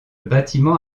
bâtiment